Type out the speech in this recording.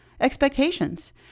expectations